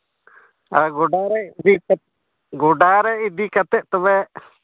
ᱟᱨ ᱜᱚᱰᱟᱨᱮ ᱜᱚᱰᱟᱨᱮ ᱤᱫᱤ ᱠᱟᱛᱮᱫ ᱛᱚᱵᱮ